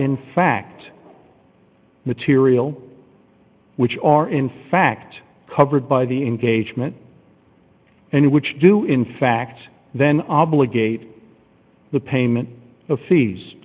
in fact material which are in fact covered by the engagement and which do in fact then obligate the payment o